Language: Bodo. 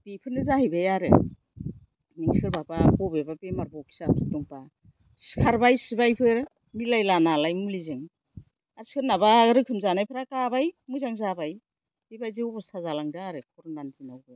बेफोरनो जाहैबाय आरो सोरबाबा बबेबा बेमार बखियाफोर दंबा सिखारबाय सिबायफोर मिलायला नालाय मुलिजों आरो सोरनाबा रोखोमजानायफ्रा गाबाय मोजां जाबाय बेबायदि अबस्था जालांदों आरो कर'नानि दिनावबो